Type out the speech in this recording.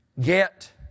Get